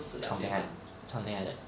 something like that something like that